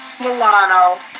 Milano